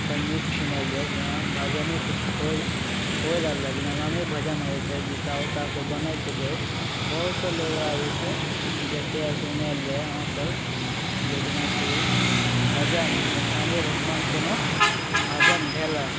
सङ्गीत सुनैले जेना भजने किछु होइ होइ रहलै जेना रामे भजन होइ छै गीता उताके कोइ बनै छै लोक बहुत से लोक आबै छै देखै सुनैले वहाँपर जेनाकि भजन जेना रामे भगवानके कोनो भजन भेलै